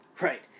Right